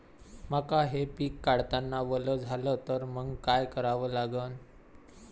मका हे पिक काढतांना वल झाले तर मंग काय करावं लागन?